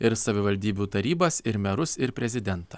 ir savivaldybių tarybas ir merus ir prezidentą